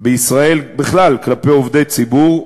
בישראל בכלל כלפי עובדי ציבור,